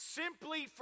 simply